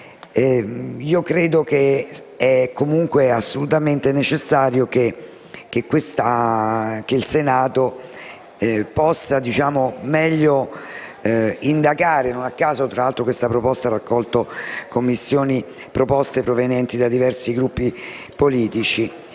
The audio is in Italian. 2009, sia comunque assolutamente necessario che il Senato possa meglio indagare. Non a caso, tra l'altro, questa proposta ha raccolto suggerimenti provenienti da diversi Gruppi politici